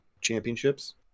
championships